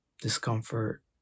discomfort